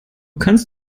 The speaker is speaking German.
kannst